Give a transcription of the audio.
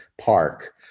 park